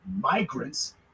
migrants